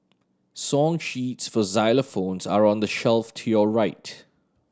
song sheets for xylophones are on the shelf to your right